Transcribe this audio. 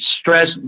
stress